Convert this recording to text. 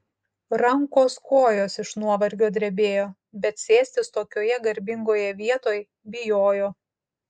rankos kojos iš nuovargio drebėjo bet sėstis tokioje garbingoje vietoj bijojo